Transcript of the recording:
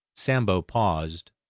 sambo paused,